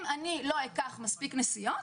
אם אני לא אקח מספיק נסיעות,